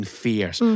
fears